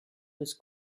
was